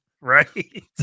Right